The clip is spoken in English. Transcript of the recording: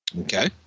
okay